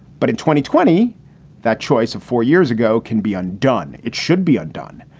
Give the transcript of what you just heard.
but in twenty twenty that choice of four years ago can be undone. it should be undone.